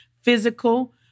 Physical